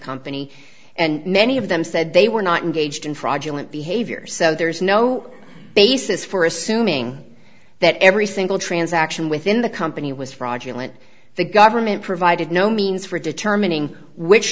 company and many of them said they were not engaged in fraudulent behavior so there is no basis for assuming that every single transaction within the company was fraudulent the government provided no means for determining which